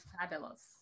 fabulous